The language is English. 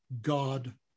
God